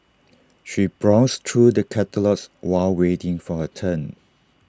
she browsed through the catalogues while waiting for her turn